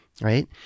right